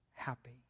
happy